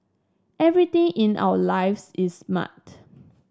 everything in our lives is smart